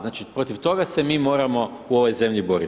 Znači protiv toga se mi moramo u ovoj zemlji boriti.